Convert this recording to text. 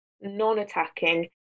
non-attacking